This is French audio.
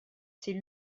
c’est